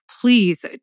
please